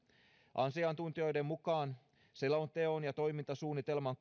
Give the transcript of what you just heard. asiantuntijoiden mukaan selonteon ja toimintasuunnitelman